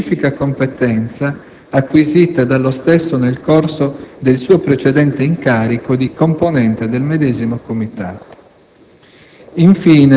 e della specifica competenza acquisite dallo stesso nel corso del suo precedente incarico di componente del medesimo Comitato.